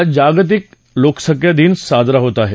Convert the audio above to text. आज जागतिक लोकसंख्या दिन साजरा होत आहे